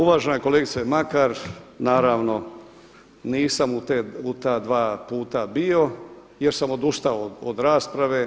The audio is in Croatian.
Uvažena kolegice Makar, naravno nisam u ta dva puta bio jer sam odustao od rasprave.